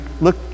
Look